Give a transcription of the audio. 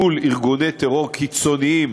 מול ארגוני טרור קיצוניים,